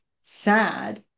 sad